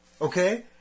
okay